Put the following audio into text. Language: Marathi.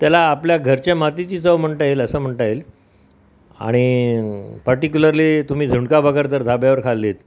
त्याला आपल्या घरच्या मातीची चव म्हणता येईल असं म्हणता येईल आणि पर्टिक्युलरली तुम्ही झुणका भाकर जर धाब्यावर खाल्लीत